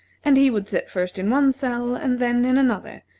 and he would sit first in one cell and then in another,